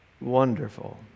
wonderful